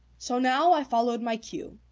so now, i followed my cue,